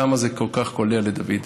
כמה זה כל כך קולע לדוד,